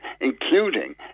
including